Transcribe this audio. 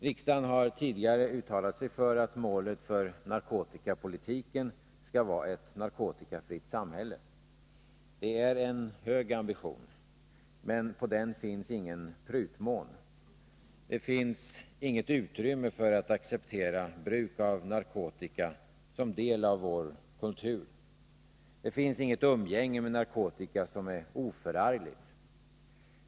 Riksdagen har tidigare uttalat sig för att målet för narkotikapolitiken skall vara ett narkotikafritt samhälle. Det är en hög ambition, men på den finns ingen prutmån. Det finns inget utrymme för att acceptera bruk av narkotika som del av vår kultur. Det finns inget umgänge med narkotika som är oförargligt.